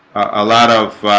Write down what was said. a lot of